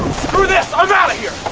screw this, i'm outta here!